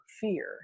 fear